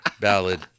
ballad